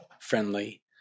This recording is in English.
friendly